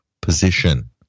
position